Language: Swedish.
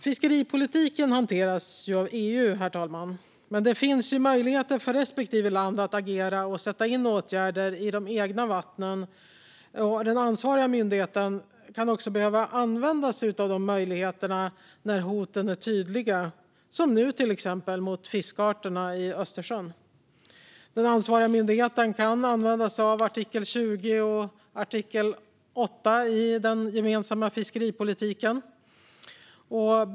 Fiskeripolitiken hanteras i EU, herr talman, men det finns möjligheter för respektive land att agera och sätta in åtgärder i de egna vattnen. Den ansvariga myndigheten kan också behöva använda sig av de möjligheterna när hoten är så tydliga som de är nu, exempelvis mot fiskarterna i Östersjön. Den ansvariga myndigheten kan använda sig av artikel 20 och artikel 8 i den gemensamma fiskeripolitiken.